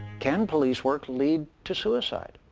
can police work lead to suicide,